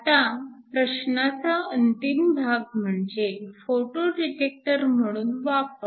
आता प्रश्नाचा अंतिम भाग म्हणजे फोटो डिटेक्टर म्हणून वापर